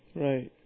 Right